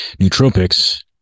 nootropics